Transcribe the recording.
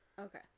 Okay